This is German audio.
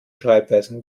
schreibweisen